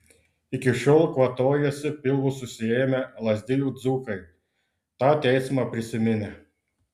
iki šiol kvatojasi pilvus susiėmę lazdijų dzūkai tą teismą prisiminę